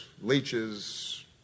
leeches